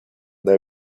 they